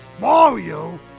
Mario